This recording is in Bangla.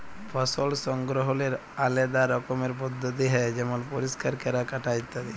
ফসল সংগ্রহলের আলেদা রকমের পদ্ধতি হ্যয় যেমল পরিষ্কার ক্যরা, কাটা ইত্যাদি